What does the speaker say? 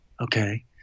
okay